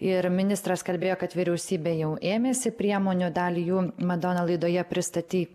ir ministras kalbėjo kad vyriausybė jau ėmėsi priemonių dalį jų madona laidoje pristatei